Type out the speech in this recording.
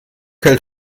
hält